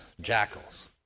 jackals